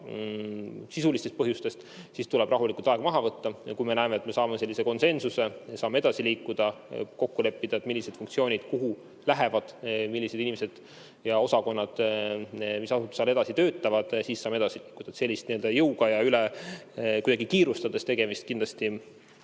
sisulistest põhjustest, siis tuleb rahulikult aeg maha võtta. Ja kui me näeme, et me saavutame konsensuse ja saame edasi liikuda, kokku leppida, millised funktsioonid kuhu lähevad, millised inimesed ja osakonnad mis asutuses edasi töötavad, siis saame edasi minna. Sellist jõuga ja kuidagi kiirustades tegemist ma kindlasti